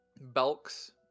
Belk's